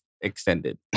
extended